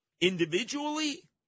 individually